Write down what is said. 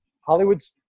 Hollywood's